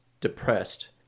depressed